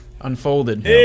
unfolded